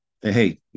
hey